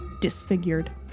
disfigured